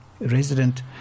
resident